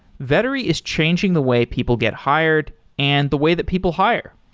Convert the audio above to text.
vettery is changing the way people get hired and the way that people hire.